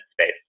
space